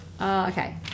Okay